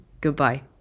Goodbye